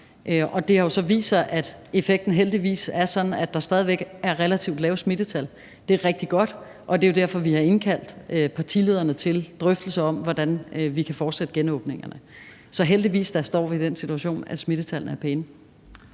er sådan, at der stadig væk er relativt lave smittetal. Det er rigtig godt, og det er jo derfor, at vi har indkaldt partilederne til drøftelser om, hvordan vi kan fortsætte genåbningen. Så heldigvis står vi da i den situation, at smittetallene er pæne.